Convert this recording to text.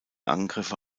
angriffe